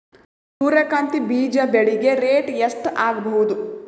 ಸೂರ್ಯ ಕಾಂತಿ ಬೀಜ ಬೆಳಿಗೆ ರೇಟ್ ಎಷ್ಟ ಆಗಬಹುದು?